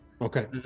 Okay